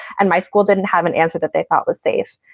and my school didn't have an answer that they thought was safe.